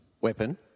Weapon